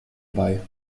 bei